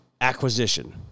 acquisition